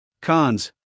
Cons